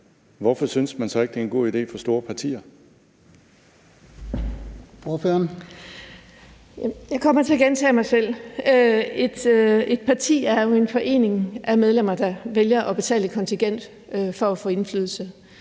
(Lars-Christian Brask): Ordføreren. Kl. 13:47 Birgitte Vind (S): Jeg kommer til at gentage mig selv: Et parti er jo en forening af medlemmer, der vælger at betale et kontingent for at få indflydelse.